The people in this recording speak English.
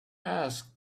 asked